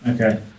Okay